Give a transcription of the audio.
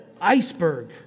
iceberg